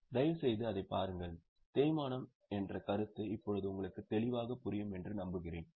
தயவுசெய்து அதைப் பாருங்கள் தேய்மானம் என்ற கருத்து இப்போது உங்களுக்கு தெளிவாகத் புரியும் என்று நம்புகிறேன்